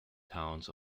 towns